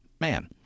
man